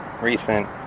recent